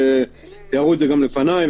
והראו את זה לפניי,